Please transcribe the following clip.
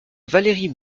valérie